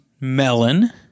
melon